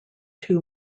two